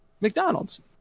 McDonald's